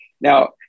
Now